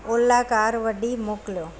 Ola car वॾी मोकिलियो